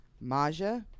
Maja